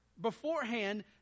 beforehand